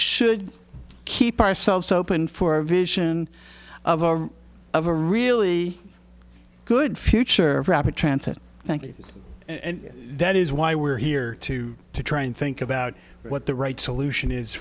should keep ourselves hoping for a vision of a really good future of rapid transit thank you and that is why we're here to to try and think about what the right solution is